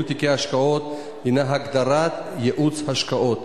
תיקי השקעות הינה הגדרת ייעוץ השקעות,